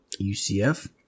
UCF